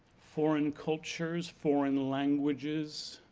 foreign cultures, foreign languages